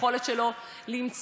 היכולת שלו למצוא,